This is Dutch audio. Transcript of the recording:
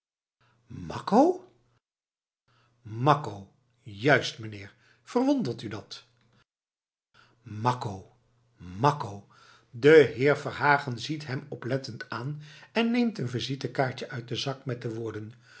makko makko juist mijnheer verwondert u dat makko makko de heer verhagen ziet hem oplettend aan en neemt een visitekaartje uit den zak met de woorden